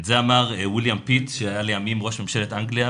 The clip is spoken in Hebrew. את זה אמר וויליאם פיטס שהיה לימים ראש ממשלת אנגליה,